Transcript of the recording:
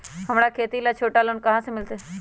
हमरा खेती ला छोटा लोने कहाँ से मिलतै?